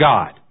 God